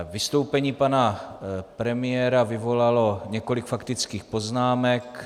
Vystoupení pana premiéra vyvolalo několik faktických poznámek.